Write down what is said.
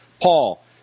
Paul